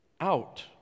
out